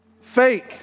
Fake